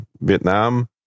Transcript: Vietnam